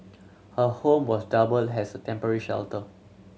her home was doubled has a temporary shelter